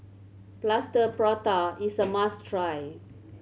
Plaster Prata is a must try